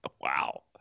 Wow